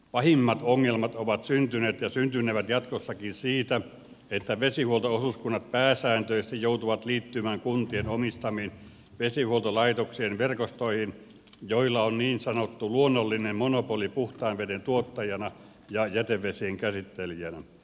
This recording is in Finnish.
pahimmat ongelmat ovat syntyneet ja syntynevät jatkossakin siitä että vesihuolto osuuskunnat pääsääntöisesti joutuvat liittymään kuntien omistamiin vesihuoltolaitoksien verkostoihin joilla on niin sanottu luonnollinen monopoli puhtaan veden tuottajana ja jätevesien käsittelijänä